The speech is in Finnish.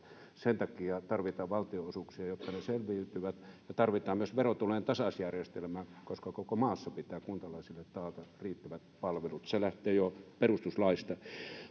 sen takia tarvitaan valtionosuuksia jotta ne selviytyvät tarvitaan myös verotulojen tasausjärjestelmää koska koko maassa pitää kuntalaisille taata riittävät palvelut se lähtee jo perustuslaista